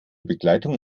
begleitung